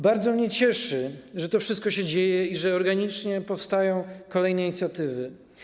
Bardzo mnie cieszy, że to wszystko się dzieje i że organicznie powstają kolejne inicjatywy.